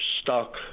stuck